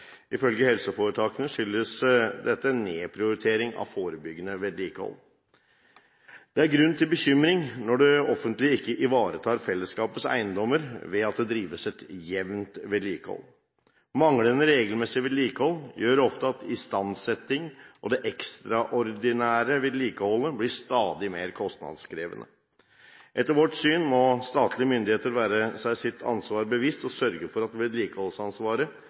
Ifølge helseforetakene skyldes dette en nedprioritering av forebyggende vedlikehold. Det er grunn til bekymring når det offentlige ikke ivaretar fellesskapets eiendommer ved at det drives et jevnt vedlikehold. Manglende regelmessig vedlikehold gjør ofte at istandsetting og det ekstraordinære vedlikeholdet blir stadig mer kostnadskrevende. Etter vårt syn må statlige myndigheter være seg sitt ansvar bevisst og sørge for at vedlikeholdsansvaret